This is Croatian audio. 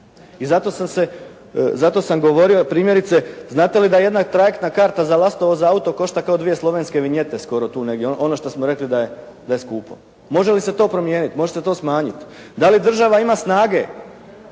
i zato sam govorio primjerice znate li da jedna trajektna karta za Lastovo za auto košta kao dvije slovenske vinjete skoro tu negdje, ono što smo rekli da je skupo. Može li se to promijeniti? Možete to smanjiti? Da li država ima snage